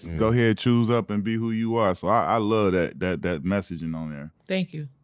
go ahead choose up and be who you are. so i love but that, that messaging on there. thank you.